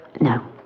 No